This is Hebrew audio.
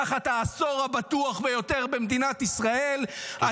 תחת העשור הבטוח ביותר במדינת ישראל.